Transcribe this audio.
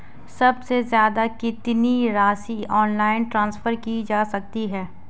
सबसे ज़्यादा कितनी राशि ऑनलाइन ट्रांसफर की जा सकती है?